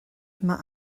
mae